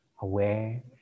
aware